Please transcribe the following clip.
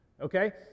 okay